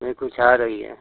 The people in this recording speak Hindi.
नहीं कुछ आ रही है